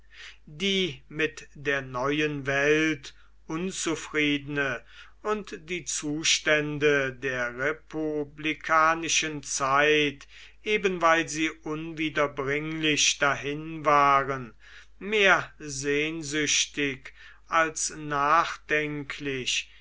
die mit der neuen welt unzufriedene und die zustände der republikanischen zeit eben weil sie unwiederbringlich dahin waren mehr sehnsüchtig als nachdenklich